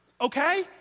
Okay